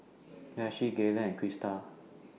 Daisye Galen and Krysta